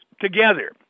together